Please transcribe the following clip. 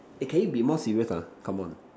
eh can you be more serious ah come on